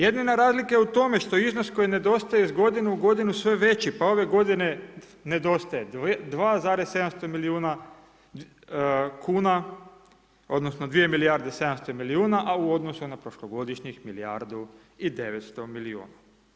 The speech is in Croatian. Jedina razlika je u tome što iznos koji nedostaje iz godine u godinu, sve veći, pa ove godine nedostaje 2,700 milijuna kuna, odnosno 2 milijarde 700 milijuna, a u odnosu na prošlogodišnjih, milijardu i 900 milijuna.